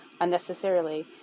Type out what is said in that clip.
unnecessarily